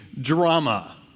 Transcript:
drama